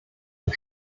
und